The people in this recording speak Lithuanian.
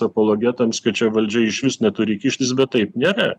apologetams kad čia valdžia išvis neturi kištis bet taip nėra